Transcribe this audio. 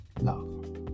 Love